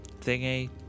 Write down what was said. thingy